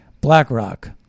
BlackRock